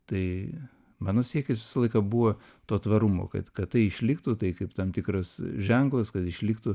tai mano siekis visą laiką buvo to tvarumo kad kad tai išliktų tai kaip tam tikras ženklas kad išliktų